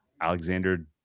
Alexander